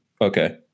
okay